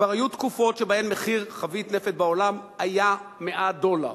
כבר היו תקופות שבהן מחיר חבית נפט בעולם היה 100 דולר,